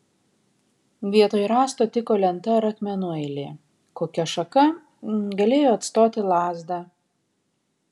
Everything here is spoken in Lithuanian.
vietoj rąsto tiko lenta ar akmenų eilė kokia šaka galėjo atstoti lazdą